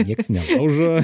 nieks nelaužo